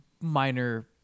minor